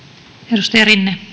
arvoisa